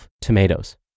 Tomatoes